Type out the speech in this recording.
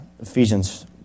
Ephesians